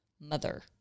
mother